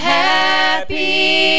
happy